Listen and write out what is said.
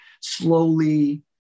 slowly